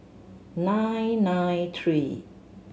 nine nine three